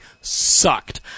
sucked